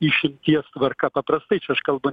išimties tvarka paprastai čia aš kalbu